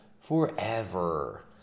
forever